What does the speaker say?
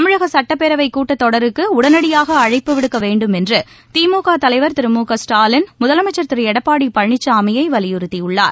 தமிழக சட்டப்பேரவைக் கூட்டத்தொடருக்கு உடனடியாக அழைப்பு விடுக்க வேண்டும் என்று திமுக தலைவர் திரு முகஸ்டாலின் முதலமைச்சர் திரு எடப்பாடி பழனிசாமியை வலியுறத்தியுள்ளார்